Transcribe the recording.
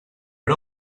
era